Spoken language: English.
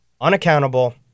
unaccountable